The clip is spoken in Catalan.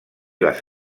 les